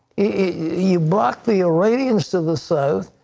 you block the iranians to the south,